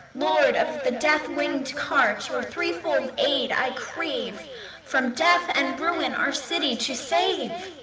lord of the death-winged dart! your threefold aid i crave from death and ruin our city to save.